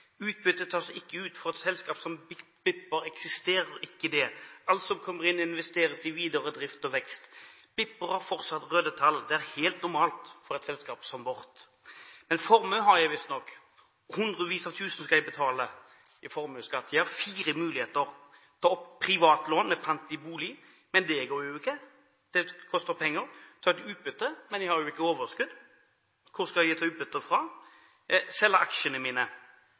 Utbytte tas ikke ut, for et selskap som Bipper eksisterer ikke det. Alt som kommer inn, investeres i videre drift og vekst. Bipper har fortsatt røde tall, det er helt normalt for et selskap som hennes. Men formue har hun visstnok, hundrevis av tusen skal hun betale i formuesskatt. Hun har flere muligheter: Ta opp privatlån med pant i bolig – men det går jo ikke, det koster penger. Ta ut utbytte – men hun har jo ikke overskudd. Hvor skal hun ta utbytte fra?